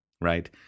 right